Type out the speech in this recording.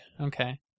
Okay